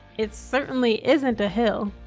it certainly isn't a hill.